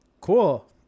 Cool